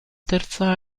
terza